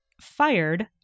fired